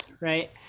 right